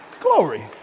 Glory